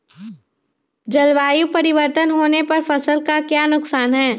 जलवायु परिवर्तन होने पर फसल का क्या नुकसान है?